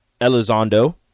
Elizondo